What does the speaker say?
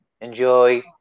enjoy